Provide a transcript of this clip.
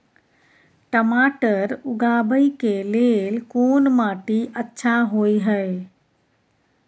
टमाटर उगाबै के लेल कोन माटी अच्छा होय है?